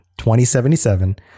2077